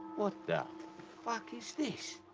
what the fuck is this?